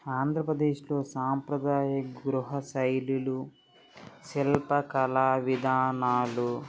ఆంధ్రప్రదేశ్లో సాంప్రదాయ గృహ శైలిలు శిల్పకళా విధానాలు